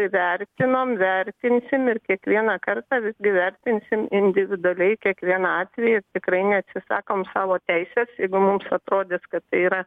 vertinom vertinsim ir kiekvieną kartą visgi vertinsim individualiai kiekvieną atvejį tikrai neatsisakom savo teisės jeigu mums atrodys kad tai yra